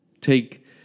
take